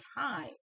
time